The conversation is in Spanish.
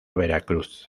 veracruz